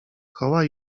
koła